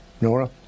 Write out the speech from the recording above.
Nora